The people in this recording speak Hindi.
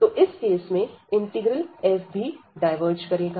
तो इस केस में इंटीग्रल f भी डायवर्ज करेगा